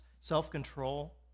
self-control